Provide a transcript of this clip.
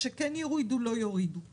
לראות אם כן יורידו או לא יורידו אותי.